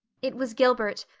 it was gilbert,